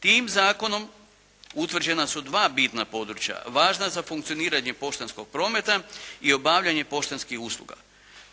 Tim zakonom utvrđena su dva bitna područja važna za funkcioniranje poštanskog prometa i obavljanje poštanskih usluga.